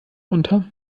unter